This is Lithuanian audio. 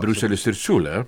briuselis ir siūlė